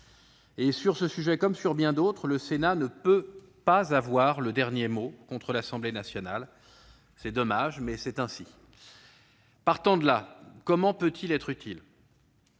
Sur ce sujet comme sur bien d'autres, le Sénat ne peut avoir le dernier mot contre l'Assemblée nationale. C'est dommage, mais c'est ainsi ... Partant de ce constat, comment